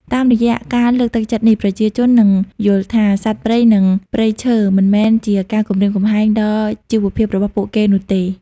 តាមរយៈការលើកទឹកចិត្តនេះ ប្រជាជននឹងយល់ថា សត្វព្រៃ និងព្រៃឈើ មិនមែនជាការគំរាមកំហែងដល់ជីវភាពរបស់ពួកគេនោះទេ